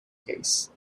case